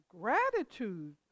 gratitude